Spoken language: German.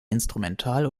instrumental